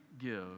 give